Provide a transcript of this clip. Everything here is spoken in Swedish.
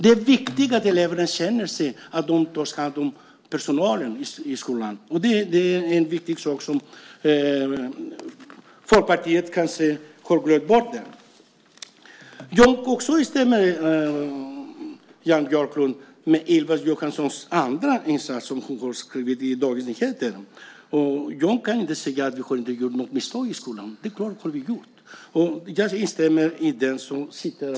Det är viktigt med personalen i skolan. Det är en viktig sak som Folkpartiet kanske har glömt bort. Jag instämmer också, Jan Björklund, i det andra som Ylva Johansson har skrivit i Dagens Nyheter. Jag kan inte säga att vi inte har gjort något misstag i skolan. Det är klart att vi har gjort.